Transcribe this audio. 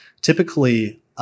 typically